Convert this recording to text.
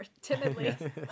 timidly